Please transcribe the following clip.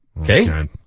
Okay